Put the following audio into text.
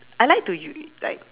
I like to you like